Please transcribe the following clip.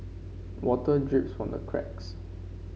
water drips from the cracks